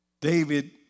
David